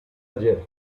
ayer